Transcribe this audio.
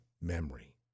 memory